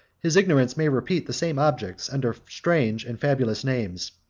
his ignorance may repeat the same objects under strange and fabulous names.